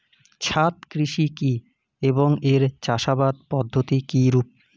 ছাদ কৃষি কী এবং এর চাষাবাদ পদ্ধতি কিরূপ?